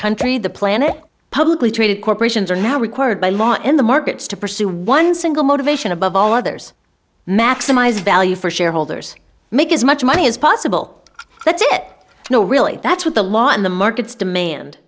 country the planet publicly traded corporations are now required by law in the markets to pursue one single motivation above all others maximize value for shareholders make as much money as possible that's it no really that's what the law and the markets demand